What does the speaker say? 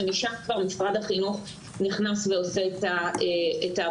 ומשם כבר משרד החינוך נכנס ועושה את העבודה.